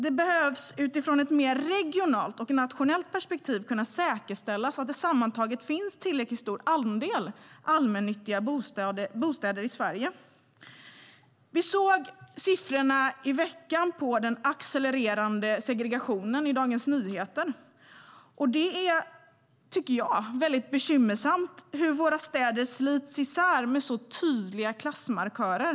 Det behövs utifrån ett mer regionalt och nationellt perspektiv kunna säkerställas att det sammantaget finns tillräckligt stor andel allmännyttiga bostäder i Sverige.Vi såg i veckan siffrorna i Dagens Nyheter på den accelererande segregationen. Det är väldigt bekymmersamt hur våra städer slits isär med så tydliga klassmarkörer.